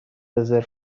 رزرو